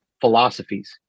philosophies